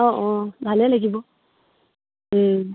অঁ অঁ ভালে লাগিব